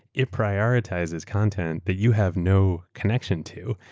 it prioritizes content that you have no connection to.